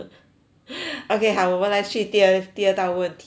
okay 好我们来去第二第二道问题吧